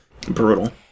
brutal